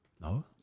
no